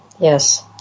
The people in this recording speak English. Yes